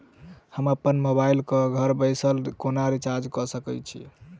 हम अप्पन मोबाइल कऽ घर बैसल कोना रिचार्ज कऽ सकय छी?